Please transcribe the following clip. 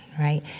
right?